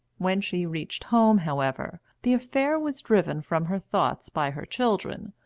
when she reached home, however, the affair was driven from her thoughts by her children,